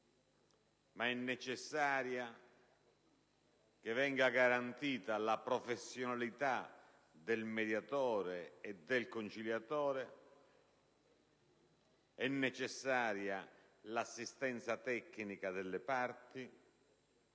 ma è necessario che venga garantita la professionalità del mediatore e del conciliatore, nonché l'assistenza tecnica delle parti.